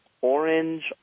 orange